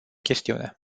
chestiune